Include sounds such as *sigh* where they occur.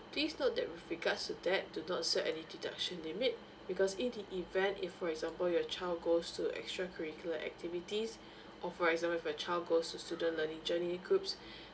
please note that with regards to that do not set any deduction limit because in the event if for example your child goes to extra curricular activities or for example if your child goes to student learning journey groups *breath*